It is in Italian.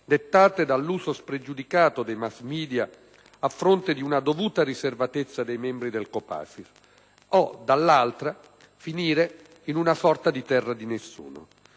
dettate dall'uso spregiudicato dei *mass media* a fronte di una dovuta riservatezza dei membri del COPASIR; o, dall'altra, finire in una sorta di terra di nessuno.